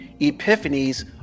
Epiphanies